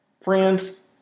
Friends